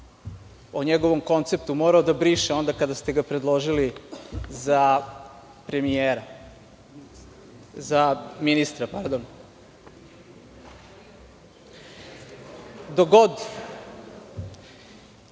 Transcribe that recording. o njegovom konceptu, morao da briše onda kada ste ga predložili za ministra? Kako